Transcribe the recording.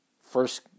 first